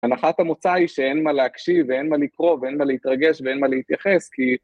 הנחת המוצא היא שאין מה להקשיב ואין מה לקרוא ואין מה להתרגש ואין מה להתייחס כי